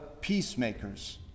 peacemakers